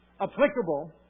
applicable